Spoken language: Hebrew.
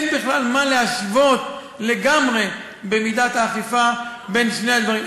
אין בכלל מה להשוות במידת האכיפה בין שני הדברים.